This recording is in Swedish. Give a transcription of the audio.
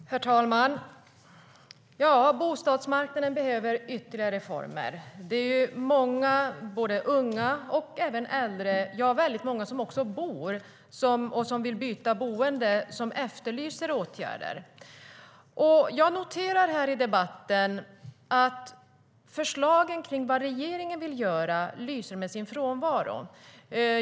Herr talman! Ja, bostadsmarknaden behöver ytterligare reformer. Det är många, både unga och äldre, som vill byta boende och som efterlyser åtgärder. Jag noterar att förslagen från regeringen lyser med sin frånvaro.